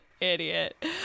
Idiot